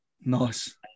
Nice